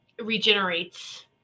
regenerates